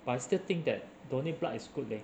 but I still think that donate blood is good leh